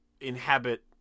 inhabit